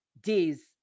days